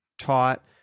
taught